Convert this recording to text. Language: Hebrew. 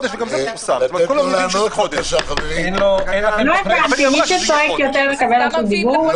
לא הבנתי, מי שצועק יותר מקבל רשות דיבור?